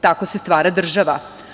Tako se stvara država.